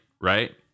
right